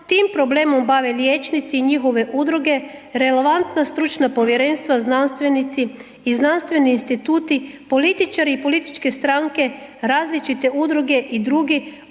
tim problemom bave liječnici i njihove udruge, relevantna stručna povjerenstva, znanstvenici i znanstveni instituti, političari i političke stranke, različite udruge i drugi,